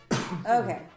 Okay